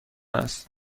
است